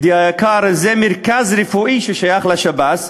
ידידי היקר, זה מרכז רפואי ששייך לשב"ס,